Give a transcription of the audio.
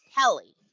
Kelly